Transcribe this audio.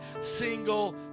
single